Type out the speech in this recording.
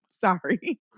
sorry